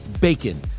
bacon